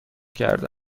کرده